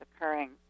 occurring